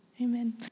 Amen